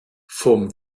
vom